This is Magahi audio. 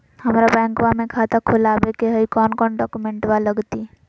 हमरा बैंकवा मे खाता खोलाबे के हई कौन कौन डॉक्यूमेंटवा लगती?